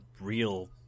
real